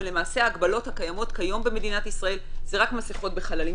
ולמעשה ההגבלות הקיימות כיום במדינת ישראל זה רק מסכות בחללים